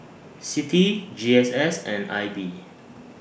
CITI G S S and I B